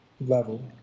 level